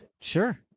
Sure